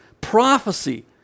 prophecy